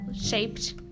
shaped